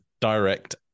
direct